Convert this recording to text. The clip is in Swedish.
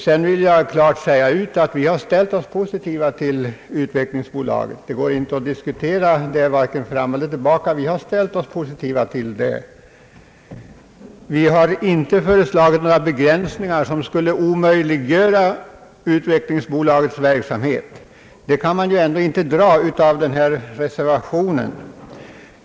Sedan vill jag klart säga ut att vi har ställt oss positiva till utvecklingsbolaget. Det kan inte diskuteras. Vi har inte föreslagit några begränsningar som skulle omöjliggöra utvecklingsbolagets verksamhet. Den slutsatsen kan man inte dra av vår reservation.